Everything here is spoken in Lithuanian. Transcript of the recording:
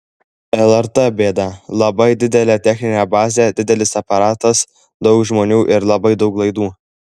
lrt bėda labai didelė techninė bazė didelis aparatas daug žmonių ir labai daug laidų